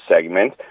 segment